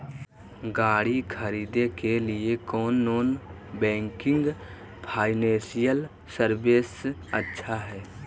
गाड़ी खरीदे के लिए कौन नॉन बैंकिंग फाइनेंशियल सर्विसेज अच्छा है?